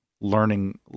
learning